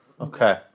Okay